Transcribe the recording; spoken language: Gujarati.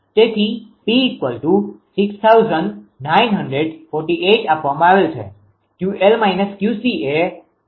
તેથી P6942 આપવામાં આવેલ છે